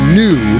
new